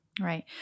Right